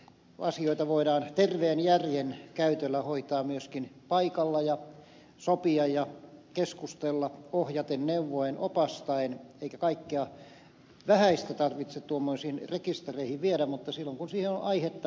asioita voidaan terveen järjen käytöllä hoitaa myöskin paikalla ja sopia ja keskustella ohjaten neuvoen opastaen eikä kaikkea vähäistä tarvitse tuommoisiin rekistereihin viedä mutta silloin kun siihen on aihetta ne tulee sinne saattaa